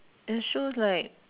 her shoes like